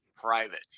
private